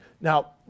Now